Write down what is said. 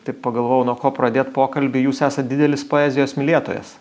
taip pagalvojau nuo ko pradėt pokalbį jūs esat didelis poezijos mylėtojas